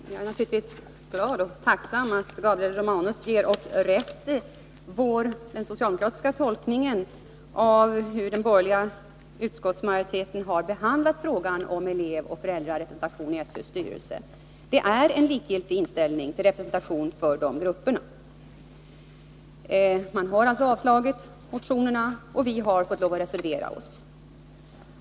Fru talman! Jag är naturligtvis glad och tacksam för att Gabriel Romanus ger oss rätt i den socialdemokratiska tolkningen av hur den borgerliga utskottsmajoriteten har behandlat frågan om elevoch föräldrarepresentation i SÖ:s styrelse. Det är en likgiltig inställning till representation för de grupperna. Utskottsmajoriteten har avstyrkt motionerna, och vi har fått lov att reservera oss.